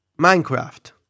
Minecraft